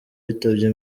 witabye